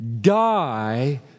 die